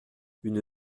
une